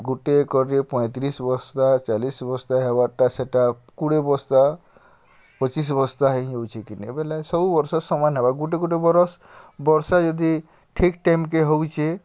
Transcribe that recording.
ଗୁଟେ କରି ପଇଁତିରିଶ୍ ବସ୍ତା ଚାଲିଶ୍ ବସ୍ତା ହେବାର୍ଟା ସେଟା କୁଡ଼ିଏ ବସ୍ତା ପଚିଶ୍ ବସ୍ତା ହେଇଯାଉଛେ କିନି ବେଲେ ସବୁ ବର୍ଷ ସମାନ୍ ହେବା ଗୁଟେ ଗୁଟେ ବରଷ୍ ବର୍ଷା ଯଦି ଠିକ୍ ଟାଇମ୍କେ ହେଉଛେ